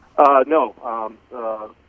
No